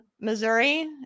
Missouri